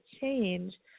change